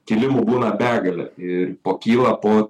kilimų būna begalė ir po kyla po